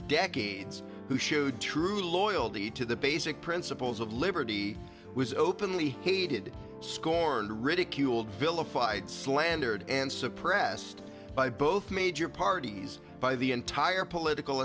decades who showed true loyalty to the basic principles of liberty was openly hated scorned ridiculed vilified slandered and suppressed by both major parties by the entire political